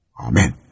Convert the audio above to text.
Amen